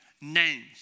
names